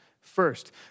first